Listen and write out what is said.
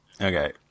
okay